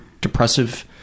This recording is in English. depressive